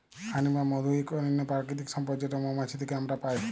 হানি বা মধু ইক অনল্য পারকিতিক সম্পদ যেট মোমাছি থ্যাকে আমরা পায়